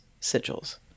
sigils